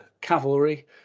cavalry